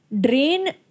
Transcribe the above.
drain